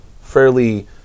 fairly